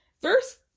First